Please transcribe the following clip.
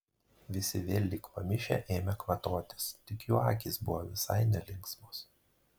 visi vėl lyg pamišę ėmė kvatotis tik jų akys buvo visai nelinksmos